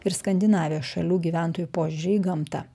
ir skandinavijos šalių gyventojų požiūrį į gamtą